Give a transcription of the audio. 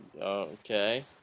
Okay